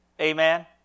Amen